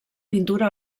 pintura